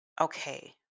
okay